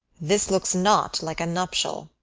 this looks not like a nuptial.